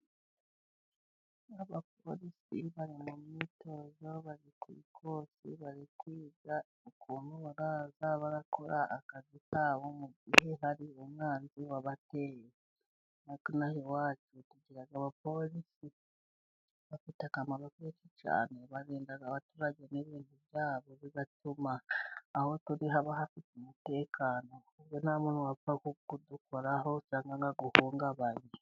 Abapolisi bari mu myitozo, bari ku ikosi, bari kwiga ukuntu bazajya bakora akazi kabo mu gihe hari umwanzi wabateye, ino aha iwacu tugira abapolisi bafite akamaro kenshi cyane, barinda abaturage n'ibintu byabo bigatuma aho turi haba hafite umutekano kuko nta muntu wapfa kugukoraho cyangwa aguhungabanye.